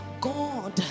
God